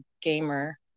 gamer